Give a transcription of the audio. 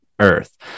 Earth